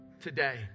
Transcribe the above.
today